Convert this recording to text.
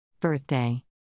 Birthday